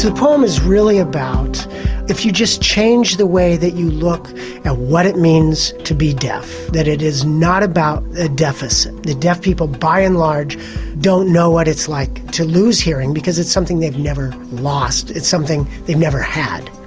poem is really about if you just change the way that you look at what it means to be deaf, that it is not about a deficit, that deaf people by and large don't know what it's like to lose hearing because it's something they've never lost, it's something they've never had.